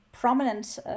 prominent